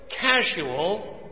casual